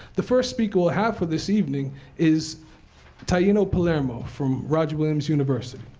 the first speaker we'll have for this evening is taino palermo, from roger williams university.